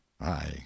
I